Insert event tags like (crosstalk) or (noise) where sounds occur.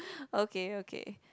(breath) okay okay